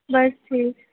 बस ठीक